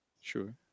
sure